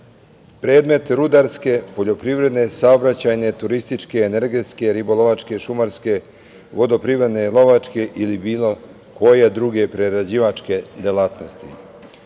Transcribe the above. predmet rudarske poljoprivredne, saobraćajne, turističke, energetske, ribolovačke, šumarske, vodoprivredne, lovačke ili bilo koje druge prerađivačke delatnosti.Zaštita